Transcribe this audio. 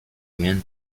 began